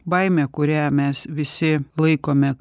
baimė kurią mes visi laikome